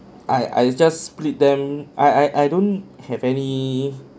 I I just split them I I I don't have any